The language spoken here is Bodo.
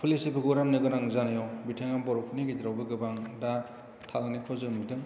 पलिसिफोरखौ रान्नो गोनां जानायआव बिथाङा बर'फोरनि गेजेरावबो गोबां दा थाल ने खुजुम मोनथों